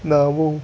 ನಾವು